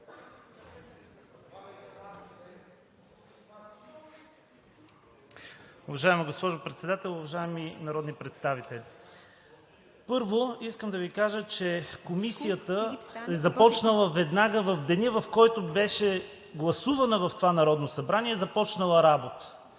Уважаема госпожо Председател, уважаеми народни представители! Първо искам да Ви кажа, че Комисията е започнала работа веднага – в деня, в който беше гласувана в това Народно събрание. Ако на мен